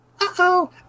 Uh-oh